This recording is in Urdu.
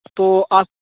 تو آپ